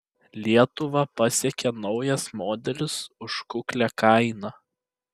lietuvą pasiekė naujas modelis už kuklią kainą